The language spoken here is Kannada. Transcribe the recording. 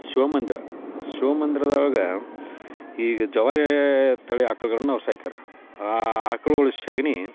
ಶಿವ ಮಂದಿರ ಶಿವ ಮಂದಿರದೊಳಗೆ ಈಗ ಜವಾರಿ ತಳಿ ಆಕ್ಳಗಳನ್ನು ಅವ್ರು ಸಾಕ್ಯಾರೆ ಆ ಆಕ್ಳುಗಳು ಸಗ್ಣೀ